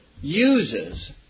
uses